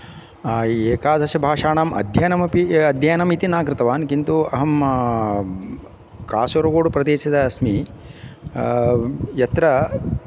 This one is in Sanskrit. एकादशभाषाणाम् अध्ययनम् अपि अध्ययनं इति न कृतवान् किन्तु अहं कासरगोड् प्रदेशेतः अस्मि यत्र